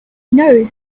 knows